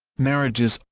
marriages,